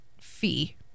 fee